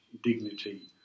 dignity